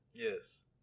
Yes